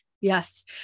Yes